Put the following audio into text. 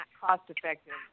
cost-effective